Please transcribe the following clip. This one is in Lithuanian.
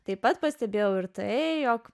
taip pat pastebėjau ir tai jog